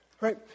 right